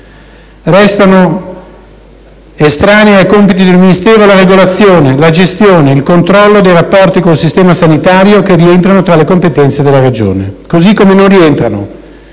Restano estranei ai compiti del Ministero la regolazione, la gestione e il controllo dei rapporti con il sistema sanitario, che rientrano tra le competenze della Regione, così come non rientrano